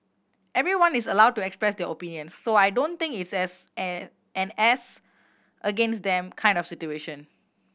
everyone is allowed to express their opinions so I don't think is as an and as against them kind of situation